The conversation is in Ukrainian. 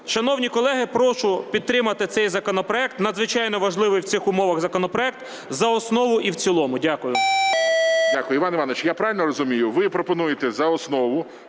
Шановні колеги, прошу підтримати цей законопроект, надзвичайно важливий в цих умовах законопроект, за основу і в цілому. Дякую.